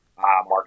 Mark